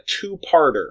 two-parter